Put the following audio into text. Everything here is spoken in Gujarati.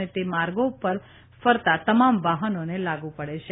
અને તે માર્ગો પર ફરતાં તમામ વાહનોને લાગ્ર પડે છે